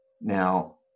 Now